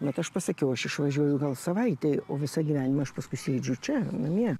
bet aš pasakiau aš išvažiuoju gal savaitei o visą gyvenimą aš paskui sėdžiu čia namie